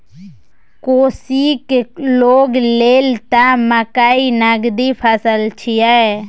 कोशीक लोग लेल त मकई नगदी फसल छियै